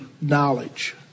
knowledge